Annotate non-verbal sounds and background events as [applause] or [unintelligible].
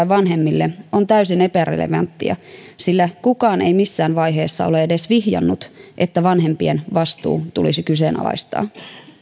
[unintelligible] vanhemmille on täysin epärelevanttia sillä kukaan ei missään vaiheessa ole edes vihjannut että vanhempien vastuu tulisi kyseenalaistaa